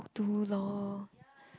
do lor